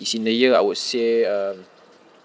is in the year I would say um